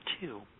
two